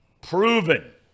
proven